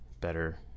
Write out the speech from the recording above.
better